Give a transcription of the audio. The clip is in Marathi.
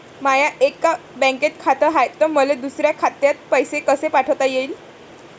माय एका बँकेत खात हाय, त मले दुसऱ्या खात्यात पैसे कसे पाठवता येईन?